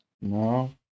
no